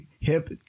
hip –